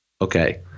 Okay